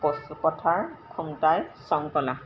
পথাৰ খুমটাই চংটলা